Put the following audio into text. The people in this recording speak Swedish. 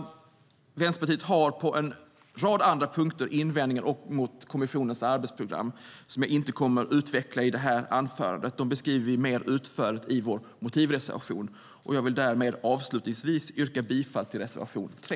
Vänsterpartiet har på en rad andra punkter invändningar mot kommissionens arbetsprogram, som jag inte kommer att utveckla i detta anförande. De finns mer utförligt beskrivna i vår motivreservation. Jag yrkar bifall till reservation 3.